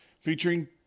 featuring